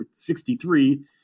63